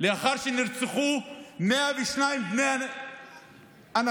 לאחר שנרצחו 102 אנשים.